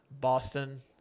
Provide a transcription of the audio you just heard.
Boston